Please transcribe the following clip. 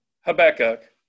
Habakkuk